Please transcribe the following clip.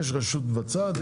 יש רשות מבצעת,